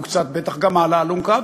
יהיו בטח קצת גם על האלונקה,